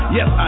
Yes